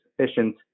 sufficient